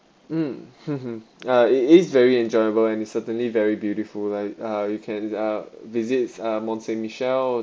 mm uh it is very enjoyable and it's certainly very beautiful like uh you can uh visits uh mont saint michel